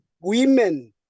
women